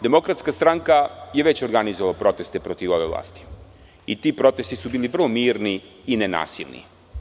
Demokratska stranka je već organizovala proteste protiv ove vlasti i ti protesti su bili vrlo mirni i nenasilni.